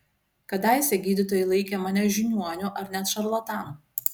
kadaise gydytojai laikė mane žiniuoniu ar net šarlatanu